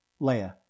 Leia